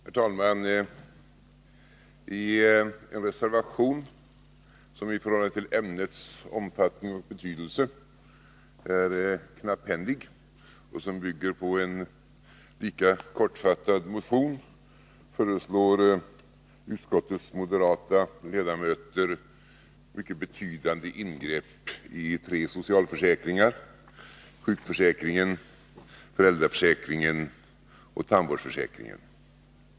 Herr talman! I en reservation, som i förhållande till ämnets omfattning och betydelse är knapphändig och som bygger på en lika kortfattad motion, föreslår utskottets moderata ledamöter mycket betydande ingrepp i tre socialförsäkringar: sjukförsäkringen, föräldraförsäkringen och tandvårdsförsäkringen.